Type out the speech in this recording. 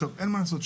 אין מה לעשות,